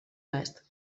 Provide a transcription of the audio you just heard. oest